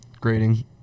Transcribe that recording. grading